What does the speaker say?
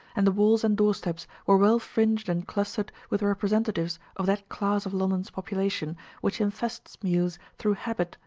and the walls and doorsteps were well fringed and clustered with representatives of that class of london's population which infests mews through habit,